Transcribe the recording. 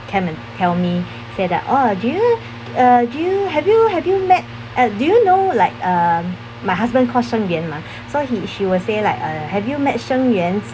came and tell me say that oh do you uh do you have you have you met uh do you know like um my husband called sheng yan mah so he she will say like uh have you met sheng yan